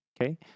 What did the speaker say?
Okay